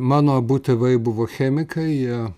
mano abu tėvai buvo chemikai jie